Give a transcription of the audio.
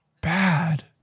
bad